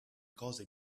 cose